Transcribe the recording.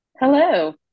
Hello